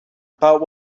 about